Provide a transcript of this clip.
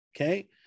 okay